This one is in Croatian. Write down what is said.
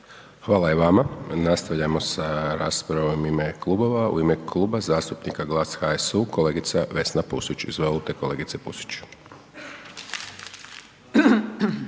Hvala i vama. Nastavljamo sa raspravom u ime klubova. U ime Kluba zastupnika GLAS, HSU kolegica Vesna Pusić, izvolite kolegice Pusić.